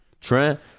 Trent